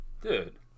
Dude